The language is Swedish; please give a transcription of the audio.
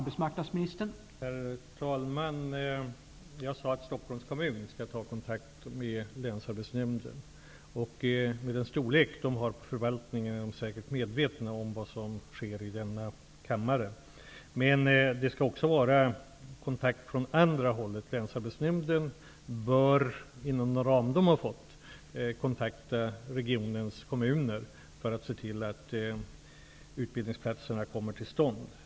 Herr talman! Jag sade att Stockholms kommun skall ta kontakt med länsarbetsnämnden. Med den storlek som förvaltningen i Stockholms kommun har är man där säkert medveten om vad som sker i denna kammare. Det skall också vara kontakt från andra hållet. Länsarbetsnämnden bör kontakta regionens kommuner för att försöka se till att utbildningsplatserna kommer till stånd.